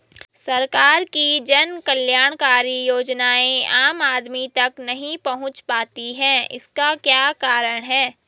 सरकार की जन कल्याणकारी योजनाएँ आम आदमी तक नहीं पहुंच पाती हैं इसका क्या कारण है?